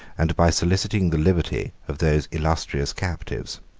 and by soliciting the liberty of those illustrious captives.